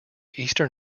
eastern